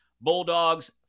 bulldogs